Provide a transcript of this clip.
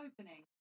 Opening